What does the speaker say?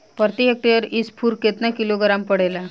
प्रति हेक्टेयर स्फूर केतना किलोग्राम पड़ेला?